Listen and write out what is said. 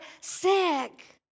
sick